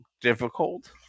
difficult